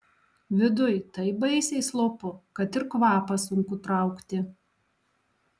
viduj taip baisiai slopu kad ir kvapą sunku traukti